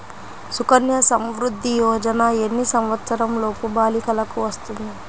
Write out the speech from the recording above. సుకన్య సంవృధ్ది యోజన ఎన్ని సంవత్సరంలోపు బాలికలకు వస్తుంది?